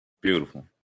Beautiful